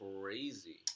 crazy